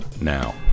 now